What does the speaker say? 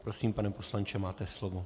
Prosím, pane poslanče, máte slovo.